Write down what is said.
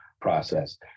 process